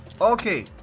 Okay